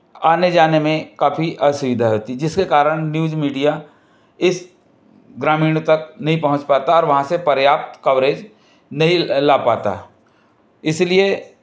आने जाने में काफ़ी असुविधा रहती है जिसके कारण न्यूज़ मीडिया इस ग्रामीण तक नहीं पहुँच पाता और वहाँ से पर्याप्त कवरेज नहीं ला पाता इसीलिए